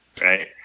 Right